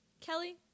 Kelly